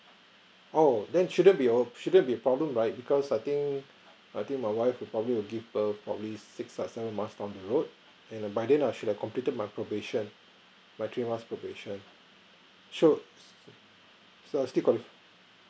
oh then shouldn't be a shouldn't be a problem right because I think I think my wife will probably will give birth probably six or seven months on the road and by then I should have completed my probation my three months probation so so I still quali~